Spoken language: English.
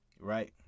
Right